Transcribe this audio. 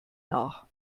nach